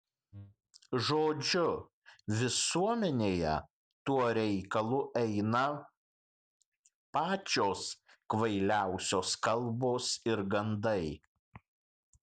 žodžiu visuomenėje tuo reikalu eina pačios kvailiausios kalbos ir gandai